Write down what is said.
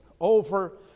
over